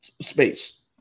space